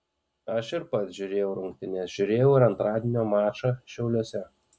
aš ir pats žiūrėjau rungtynes žiūrėjau ir antradienio mačą šiauliuose